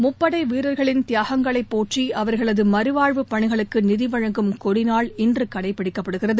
முப்படை வீரர்களின் தியாகங்களைப் போற்றி அவர்களது மறுவாழ்வுப் பணிகளுக்கு நிதி வழங்கும் கொடி நாள் இன்று கடைபிடிக்கப்படுகிறது